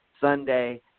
Sunday